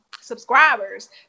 subscribers